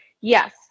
Yes